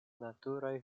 naturaj